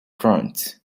plants